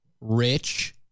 rich